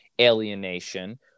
alienation